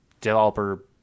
developer